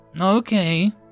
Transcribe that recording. Okay